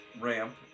ramp